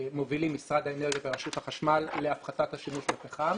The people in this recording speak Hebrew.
משרד האנרגיה ורשות החשמל להפחתת השימוש בפחם.